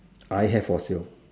I have fossil